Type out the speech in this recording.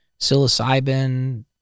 psilocybin